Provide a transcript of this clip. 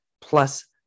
plus